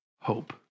hope